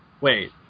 wait